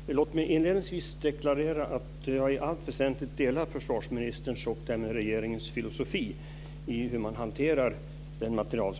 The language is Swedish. Fru talman! Låt mig inledningsvis deklarera att jag i allt väsentligt delar försvarsministerns och därmed regeringens filosofi när det gäller hur man hanterar den materiel